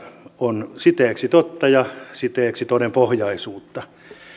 on siteeksi totta ja siteeksi todenpohjaisuutta